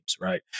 right